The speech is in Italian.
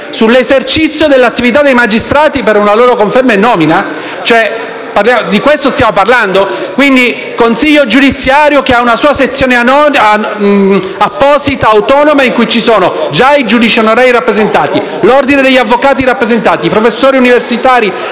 sull'esercizio dell'attività dei magistrati per una loro conferma e nomina. Di questo stiamo parlando? Quindi il Consiglio giudiziario, che ha una sua sezione apposita ed autonoma in cui sono già rappresentati i giudici onorari, l'ordine degli avvocati e i professori universitari,